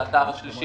אתר שלישי